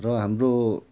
र हाम्रो